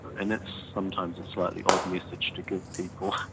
and that's sometimes a slightly odd message to give people.